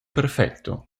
perfetto